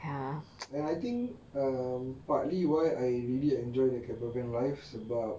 ya and I think um partly why I really enjoyed the camper van life sebab